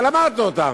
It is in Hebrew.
אבל אמרת אותם.